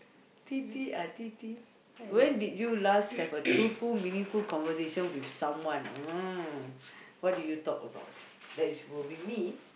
tete-a-tete when did you last have a truthful meaningful conversation with someone orh what did you talk about that is will be me